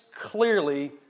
clearly